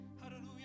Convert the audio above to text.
Hallelujah